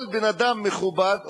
כל בן-אדם מכובד אומר: